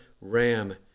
Ram